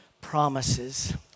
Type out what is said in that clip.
promises